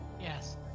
Yes